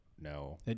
no